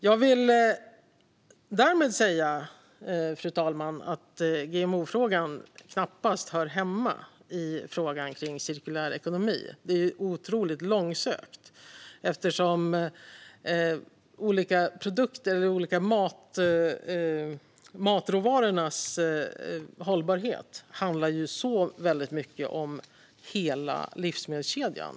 Jag vill däremot säga, fru talman, att GMO-frågan knappast hör hemma i frågan om cirkulär ekonomi. Det är otroligt långsökt att hävda det eftersom olika matråvarors hållbarhet handlar så mycket om hela livsmedelskedjan.